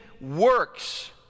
works